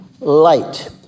light